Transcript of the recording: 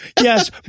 Yes